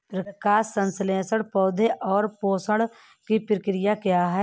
प्रकाश संश्लेषण पौधे में पोषण की प्रक्रिया है